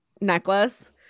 necklace